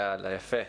יפה.